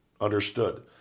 understood